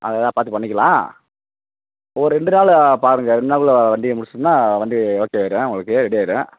அது எதாவது பார்த்து பண்ணிக்கலாம் ஒரு ரெண்டு நாள் பாருங்க ரெண்டு நாளுக்குள்ளே வண்டியை முடிச்சுட்டேன்னா வண்டி ஓகே ஆகிடும் உங்களுக்கு ரெடி ஆகிடும்